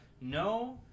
no